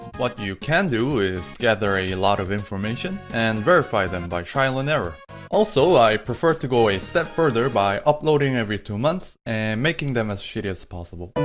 what you can do is gather a lot of information and verify them by trial and error also, i prefer to go a step further by uploading every two months and making them as shitty as possible